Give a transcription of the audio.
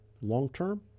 long-term